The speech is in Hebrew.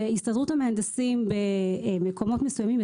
במקומות מסוימים,